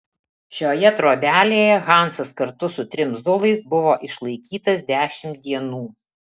šioje trobelėje hansas kartu su trim zulais buvo išlaikytas dešimt dienų